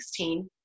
2016